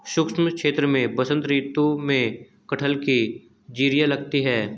शुष्क क्षेत्र में बसंत ऋतु में कटहल की जिरीयां लगती है